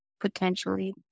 potentially